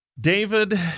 David